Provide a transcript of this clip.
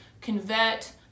convert